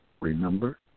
Remember